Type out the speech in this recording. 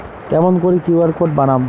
কেমন করি QR code বানাম?